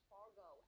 Fargo